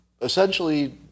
essentially